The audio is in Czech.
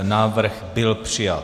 Návrh byl přijat.